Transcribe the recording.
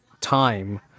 time